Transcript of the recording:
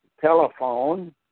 telephone